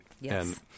Yes